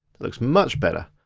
looks much better.